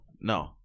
No